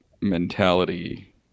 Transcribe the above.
mentality